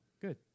good